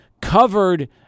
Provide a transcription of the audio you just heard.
covered